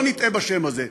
לא נטעה בשם הזה,